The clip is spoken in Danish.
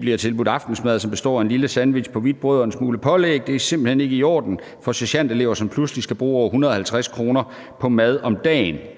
bliver tilbud aftensmad, som består af en lille sandwich på hvidt brød og en smule pålæg. Det er simpelt hen ikke i orden for sergentelever, som pludselig skal bruge over 150 kr. på mad om dagen,